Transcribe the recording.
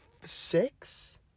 six